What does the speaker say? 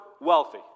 wealthy